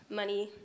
money